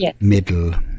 Middle